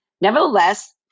Nevertheless